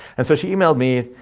and so she emailed me,